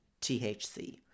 THC